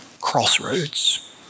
crossroads